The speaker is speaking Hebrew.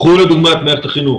קחו לדוגמה את מערכת החינוך.